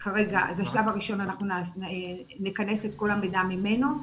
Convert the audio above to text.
בשלב הראשון אנחנו נכנס את כל המידע ממנו.